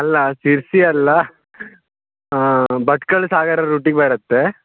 ಅಲ್ಲ ಶಿರ್ಸಿ ಅಲ್ಲ ಭಟ್ಕಳ ಸಾಗರ ರೂಟಿಗೆ ಬರುತ್ತೆ